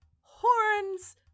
horns